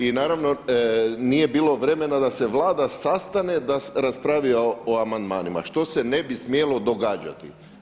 I naravno nije bilo vremena da se Vlada sastane da raspravi o amandmanima, što se ne bi smjelo događati.